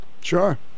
Sure